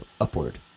upward